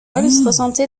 ressentait